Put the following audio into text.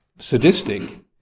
Sadistic